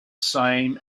same